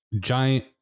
giant